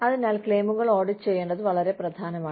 അതിനാൽ ക്ലെയിമുകൾ ഓഡിറ്റ് ചെയ്യേണ്ടത് വളരെ പ്രധാനമാണ്